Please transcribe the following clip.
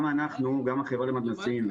גם החברה למתנ"סים,